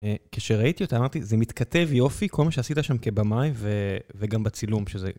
כשראיתי אותה אמרתי, זה מתכתב יופי, כל מה שעשית שם כבמאי וגם בצילום שזה...